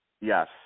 Yes